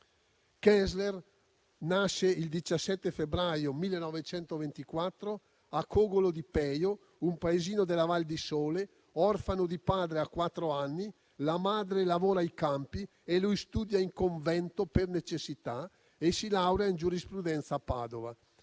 Kessler nasce il 17 febbraio 1924 a Cogolo di Pejo, un paesino della Val di sole; orfano di padre a quattro anni, la madre lavora ai campi e lui studia in convento per necessità e si laurea in giurisprudenza a Padova.